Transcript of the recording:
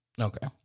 Okay